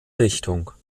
richtung